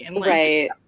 Right